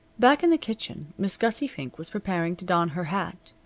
back in the kitchen miss gussie fink was preparing to don her hat,